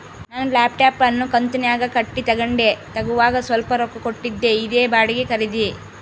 ನಾನು ಲ್ಯಾಪ್ಟಾಪ್ ಅನ್ನು ಕಂತುನ್ಯಾಗ ಕಟ್ಟಿ ತಗಂಡೆ, ತಗೋವಾಗ ಸ್ವಲ್ಪ ರೊಕ್ಕ ಕೊಟ್ಟಿದ್ದೆ, ಇದೇ ಬಾಡಿಗೆ ಖರೀದಿ